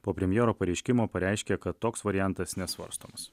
po premjero pareiškimo pareiškė kad toks variantas nesvarstomas